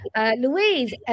Louise